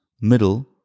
middle